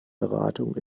beratung